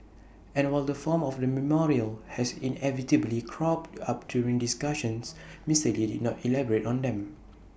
and while the form of the memorial has inevitably cropped up during discussions Mister lee did not elaborate on them